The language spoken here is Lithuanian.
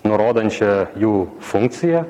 nurodančią jų funkciją